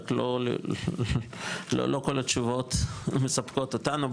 רק לא כל התשובות מספקות אותנו,